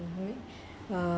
mmhmm uh